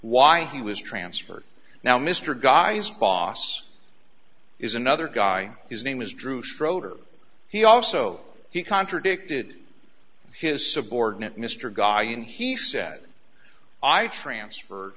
why he was transferred now mr guy's boss is another guy his name is drew schroeder he also he contradicted his subordinate mr guy and he said i transfer